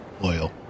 Loyal